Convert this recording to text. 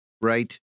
Right